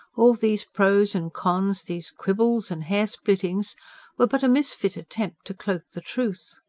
all these pros and cons, these quibbles and hair-splittings were but a misfit attempt to cloak the truth.